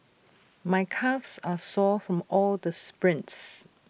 my calves are sore from all the sprints